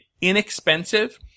inexpensive